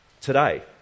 today